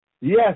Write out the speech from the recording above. Yes